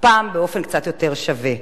הפעם באופן קצת יותר שווה.